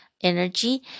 energy